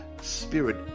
Spirit